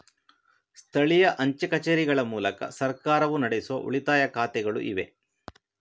ಸ್ಥಳೀಯ ಅಂಚೆ ಕಚೇರಿಗಳ ಮೂಲಕ ಸರ್ಕಾರವು ನಡೆಸುವ ಉಳಿತಾಯ ಖಾತೆಗಳು ಇವೆ